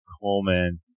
Coleman